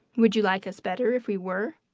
would you like us better if we were?